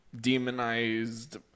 demonized